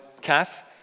Kath